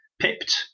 pipped